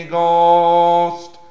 Ghost